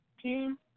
team